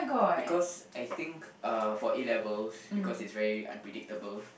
because I think uh for A-levels because it's very unpredictable